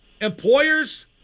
Employers